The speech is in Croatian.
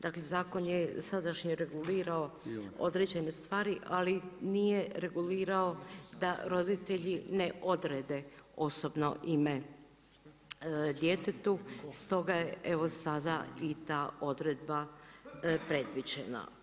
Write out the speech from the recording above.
Dakle, zakon je sadašnji regulirao određene stvari, ali nije regulirao da roditelji ne odredbe osobno ime djetetu, stoga je evo sada i ta odredba predviđena.